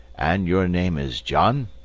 and your name is john?